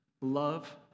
love